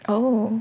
oh